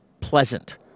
pleasant